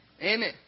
Amen